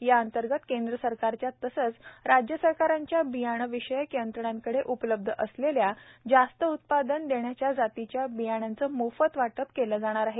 याअंतर्गत केंद्रसरकारच्या तसंच राज्य सरकारांच्या बीयाणं विषयक यंत्रणांकडे उपलब्ध असलेल्या जास्त उत्पादन देणाऱ्या जातीच्या बियाणांचं मोफत वाटप केलं जाणार आहे